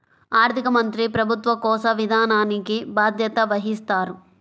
ఆర్థిక మంత్రి ప్రభుత్వ కోశ విధానానికి బాధ్యత వహిస్తారు